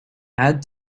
add